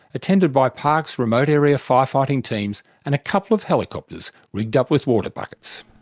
attended by parks remote area firefighting teams and a couple of helicopters rigged up with water buckets.